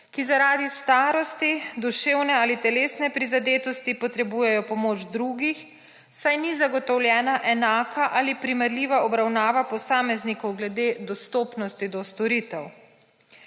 ki zaradi starosti duševne ali telesne prizadetosti potrebujejo pomoč drugih saj ni zagotovljena enaka ali primerljiva obravnava posameznikov glede dostopnosti do storitev.